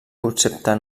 concepte